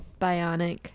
bionic